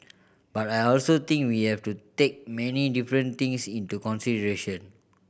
but I also think we have to take many different things into consideration